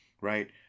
right